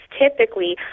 typically